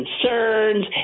concerns